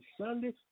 Sunday